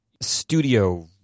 Studio